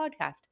podcast